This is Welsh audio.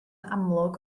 amlwg